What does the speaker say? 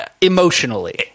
Emotionally